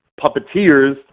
puppeteers